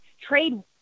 trade